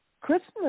Christmas